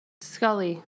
scully